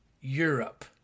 Europe